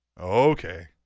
Okay